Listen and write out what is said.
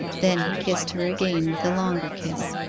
then he kissed her again with a longer kiss.